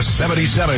77